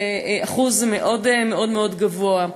זה אחוז מאוד מאוד גבוה.